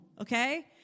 okay